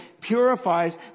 purifies